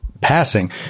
passing